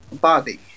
body